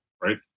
right